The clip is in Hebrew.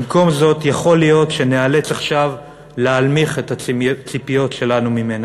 במקום זאת יכול להיות שניאלץ עכשיו להנמיך את הציפיות שלנו ממנה.